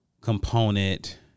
component